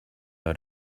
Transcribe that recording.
out